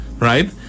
right